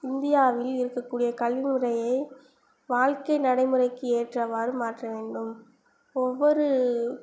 இந்தியாவில் இருக்கக்கூடிய கல்வி முறையை வாழ்க்கை நடைமுறைக்கு ஏற்றவாறு மாற்ற வேண்டும் ஒவ்வொரு